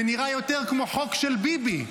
זה נראה יותר חוק של ביבי,